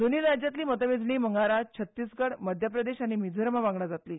दोनूय राज्यांतली मतमेजणी मंगळारा छत्तीसगड मध्य प्रदेश आनी मिझोरामा वांगडा जातली